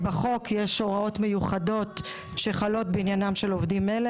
בחוק יש הוראות מיוחדות שחלות בעניינם של עובדים אלו,